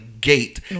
gate